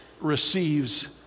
receives